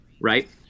right